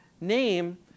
name